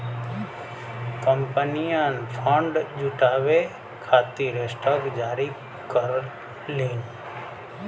कंपनियन फंड जुटावे खातिर स्टॉक जारी करलीन